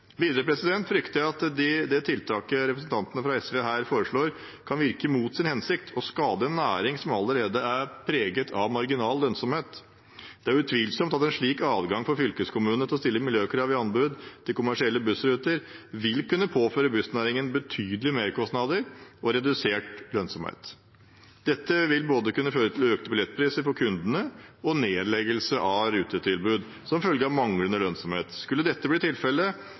Videre frykter jeg at det tiltaket representantene fra SV her foreslår, kan virke mot sin hensikt og skade en næring som allerede er preget av marginal lønnsomhet. Det er utvilsomt at en slik adgang for fylkeskommunene til å stille miljøkrav i anbud til kommersielle bussruter vil kunne påføre bussnæringen betydelige merkostnader og redusert lønnsomhet. Dette vil både kunne føre til økte billettpriser for kundene og til nedleggelse av rutetilbud som følge av manglende lønnsomhet. Skulle det bli tilfellet,